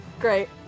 Great